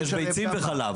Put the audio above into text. יש ביצים וחלב.